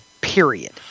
Period